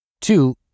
Two